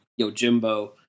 Yojimbo